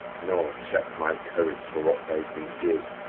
nor check my courage for what they can give,